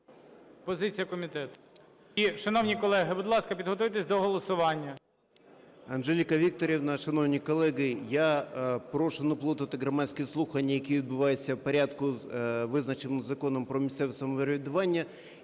Позиція комітету. Шановні колеги, будь ласка, підготуйтеся до голосування.